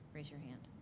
raise your hand.